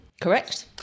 correct